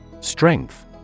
Strength